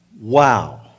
Wow